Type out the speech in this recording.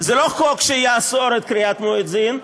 זה לא חוק שיאסור את קריאת המואזין.